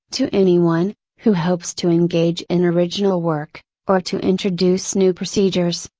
to anyone, who hopes to engage in original work, or to introduce new procedures,